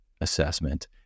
assessment